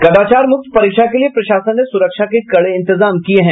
कदाचार मुक्त परीक्षा के लिए प्रशासन ने सुरक्षा के कड़े इंतजाम किये हैं